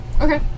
okay